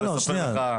הוא יכול לספר לך.